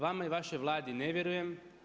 Vama i vašoj Vladi ne vjerujem.